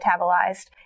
metabolized